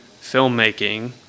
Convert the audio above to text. filmmaking